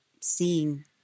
seeing